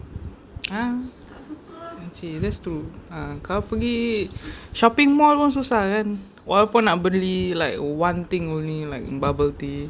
ah ah seh just to ah kalau pergi shopping mall pun susah kan walaupun nak beli like one thing only like bubble tea